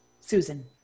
Susan